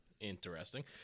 Interesting